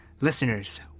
Listeners